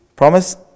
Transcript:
Promise